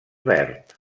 verd